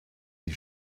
die